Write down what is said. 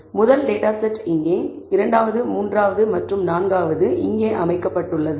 முதல் data set இங்கே இரண்டாவது மூன்றாவது மற்றும் நான்காவது இங்கே அமைக்கப்பட்டுள்ளது